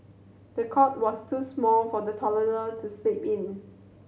the cot was too small for the toddler to sleep in